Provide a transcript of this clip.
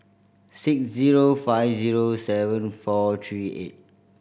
six zero five zero seven four three eight